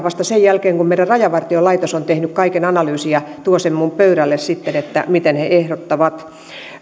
vasta sen jälkeen kun meidän rajavartiolaitos on tehnyt kaiken analyysin ja tuo minun pöydälleni sitten sen mitä he ehdottavat